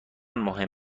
مهم